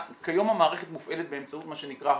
כיום המערכת מופעלת באמצעות מה שנקרא הועדות.